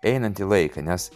einantį laiką nes